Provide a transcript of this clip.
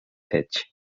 pitch